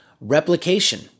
Replication